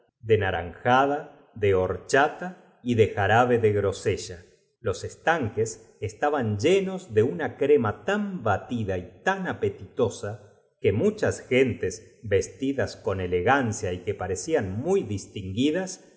de naranja da de horchat a y de jarabe de bata de brocado de oro se echó al cuello grosella los estanqu es es taban llenos de de cascanueces dicióndole una crema tan batida y tan apetitosa que muchas gentes vestidas con eleganc ia y que parecían muy distinguidas